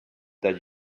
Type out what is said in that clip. that